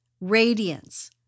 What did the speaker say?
radiance